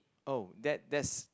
oh that there's